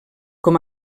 com